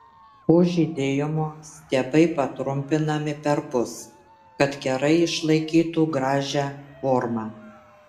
po žydėjimo stiebai patrumpinami perpus kad kerai išlaikytų gražią formą